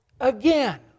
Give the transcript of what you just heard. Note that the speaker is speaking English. Again